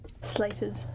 Slated